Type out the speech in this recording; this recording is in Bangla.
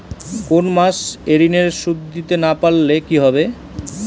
কোন মাস এ ঋণের সুধ দিতে না পারলে কি হবে?